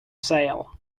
sale